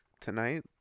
tonight